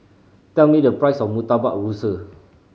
tell me the price of Murtabak Rusa